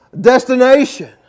destination